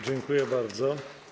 Dziękuję bardzo.